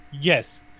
yes